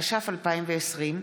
התש"ף 2020,